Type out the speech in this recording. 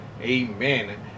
amen